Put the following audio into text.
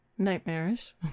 Nightmarish